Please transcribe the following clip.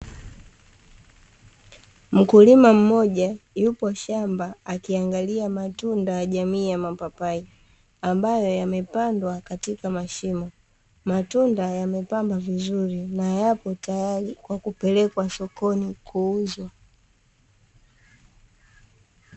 Mkulima mmoja yupo shamba akiangalia matunda jamii ya mapapai, ambayo yamepandwa katika mashimo. Matunda yamepambwa vizuri na yapo tayari kwa kupelekwa sokoni kuuzwa.